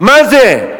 מה זה?